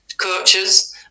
coaches